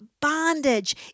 bondage